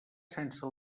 sense